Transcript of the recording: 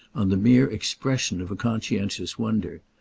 on the mere expression of a conscientious wonder.